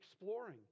exploring